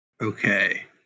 Okay